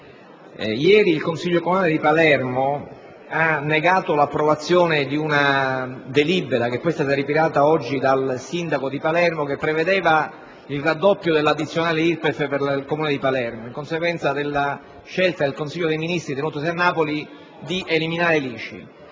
Ieri il Consiglio comunale di Palermo ha negato l'approvazione di una delibera - che è stata ritirata oggi dal sindaco di Palermo - che prevedeva il raddoppio dell'addizionale IRPEF per il Comune di Palermo, in conseguenza della scelta del Consiglio dei Ministri, tenutosi a Napoli, di eliminare l'ICI.